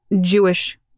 Jewish